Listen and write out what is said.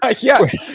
yes